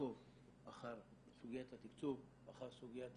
לעקוב אחר סוגיית התקצוב, לאחר סוגיית